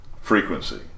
frequency